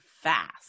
fast